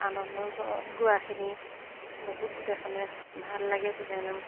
আনন্দ গতত গোৱাখিনি বহুত গোটেইখনে ভাল লাগে বিয়ানাম